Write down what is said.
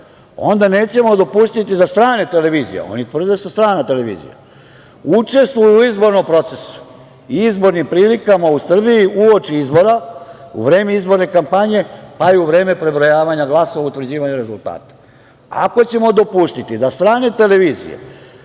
onda nećemo dopustiti da strane televizije, oni tvrde da su strana televizija, učestvuju u izbornom procesu, izbornim prilikama u Srbiji uoči izbora, u vreme izborne kampanje, pa i u vreme prebrojavanja glasova, utvrđivanja rezultata. Ako ćemo dopustiti da strane televizije